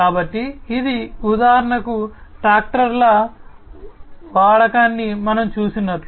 కాబట్టి ఇది ఉదాహరణకు ట్రాక్టర్ల వాడకాన్ని మనం చూసినట్లు